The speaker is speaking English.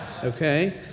Okay